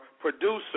producer